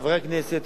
לחברי הכנסת,